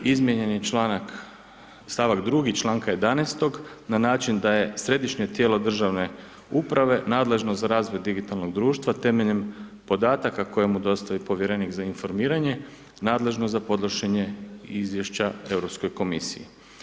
Izmijenjen je st. 2. čl. 11. na način da je Središnje tijelo državne uprave nadležno za razvoj digitalnog društva temeljem podataka koje mu dostavi povjerenik za informiranje, nadležno za podnošenje izvješća Europskoj komisiji.